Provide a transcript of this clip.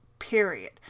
Period